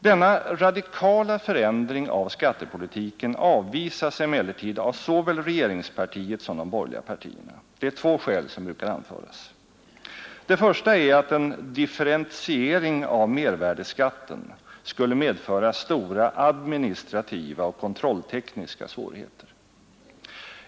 Denna radikala förändring av skattepolitiken avvisas emellertid av såväl regeringspartiet som de borgerliga partierna. Det är två skäl som brukar anföras. Det första är att en differentiering av mervärdeskatten skulle medföra stora administrativa och kontrolltekniska svårigheter.